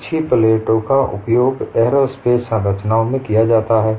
तिरछी प्लेटों का उपयोग एयरोस्पेस संरचनाओं में किया जाता है